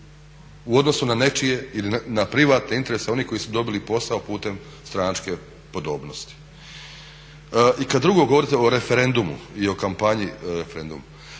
u odnosu na nečije ili na privatne interese onih koji su dobili posao putem stranačke podobnosti? I kada drugo govorite o referendumu i o kampanji za referendum,